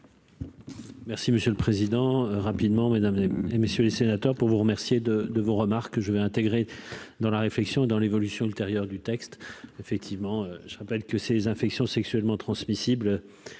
Merci monsieur le Président, rapidement, mesdames et messieurs les sénateurs, pour vous remercier de de vos remarques, je vais intégrer dans la réflexion dans l'évolution ultérieure du texte, effectivement, je rappelle que ces infections sexuellement transmissibles